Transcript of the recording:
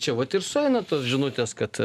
čia vat ir sueina tos žinutės kad